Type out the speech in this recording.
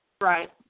Right